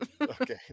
Okay